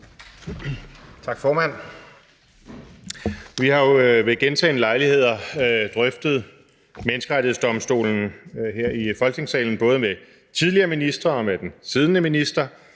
Tak, formand. Vi har jo ved gentagne lejligheder drøftet Menneskerettighedsdomstolen her i Folketingssalen, både med tidligere ministre og med den siddende minister.